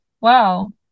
wow